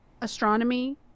astronomy